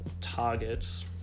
targets